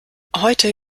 heute